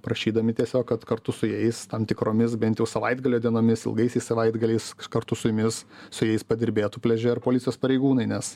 prašydami tiesiog kad kartu su jais tam tikromis bent jau savaitgalio dienomis ilgaisiais savaitgaliais kartu su jumis su jais padirbėtų pliaže ir policijos pareigūnai nes